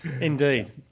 indeed